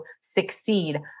succeed